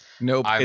Nope